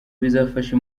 bizafasha